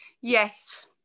yes